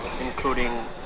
including